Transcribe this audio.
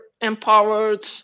empowered